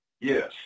Yes